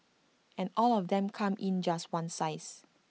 and all of them come in just one size